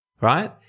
right